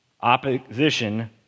Opposition